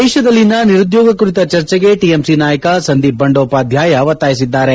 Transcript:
ದೇಶದಲ್ಲಿನ ನಿರುದ್ಲೋಗ ಕುರಿತ ಚರ್ಚೆಗೆ ಟಿಎಂಸಿ ನಾಯಕ ಸುದೀಪ್ ಬಂಡೋಪಾದ್ಲಾಯ ಒತ್ತಾಯಿಸಿದ್ದಾರೆ